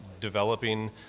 developing